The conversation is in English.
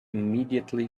immediately